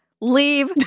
leave